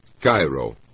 Cairo